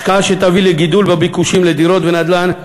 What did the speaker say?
השקעה שתביא לגידול בביקושים לדירות ונדל"ן.